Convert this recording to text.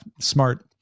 smart